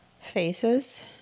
Faces